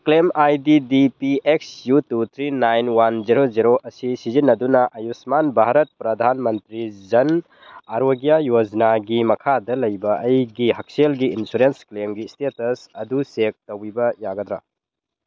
claim I D D P X U two three nine one zero zero ꯑꯁꯤ ꯁꯤꯖꯤꯟꯅꯗꯨꯅ ꯑꯌꯨꯁꯃꯥꯟ ꯚꯥꯔꯠ ꯄ꯭ꯔꯗꯥꯟ ꯃꯟꯇ꯭ꯔꯤ ꯖꯟ ꯑꯔꯣꯒ꯭ꯌꯥ ꯌꯣꯖꯅꯥꯒꯤ ꯃꯈꯥꯗ ꯂꯩꯕ ꯑꯩꯒꯤ ꯍꯛꯁꯦꯜꯒꯤ ꯏꯟꯁꯨꯔꯦꯟꯁ ꯀ꯭ꯂꯦꯝꯒꯤ ꯏꯁꯇꯦꯇꯁ ꯑꯗꯨ ꯆꯦꯛ ꯇꯧꯕꯤꯕ ꯌꯥꯒꯗ꯭ꯔ